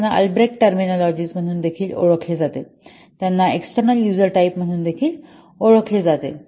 त्यांना Albrecht terminology म्हणून देखील ओळखले जाते त्यांना एक्सटर्नल यूजर टाईप म्हणून देखील ओळखले जाते